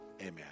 Amen